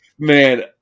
Man